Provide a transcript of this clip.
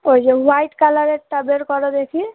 ওই যে হোয়াইট কালারেরটা বের করো দেখি